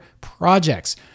projects